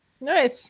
Nice